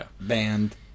band